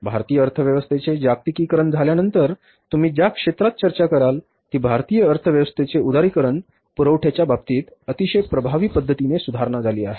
भारतीय अर्थव्यवस्थेचे जागतिकीकरण झाल्यानंतर तुम्ही ज्या क्षेत्रात चर्चा कराल ती भारतीय अर्थव्यवस्थेचे उदारीकरणानंतर पुरवठ्याच्या बाबतीत अतिशय प्रभावी पद्धतीने सुधारणा झाली आहे